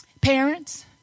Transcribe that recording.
Parents